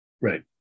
Right